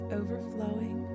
overflowing